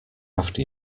after